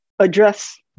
address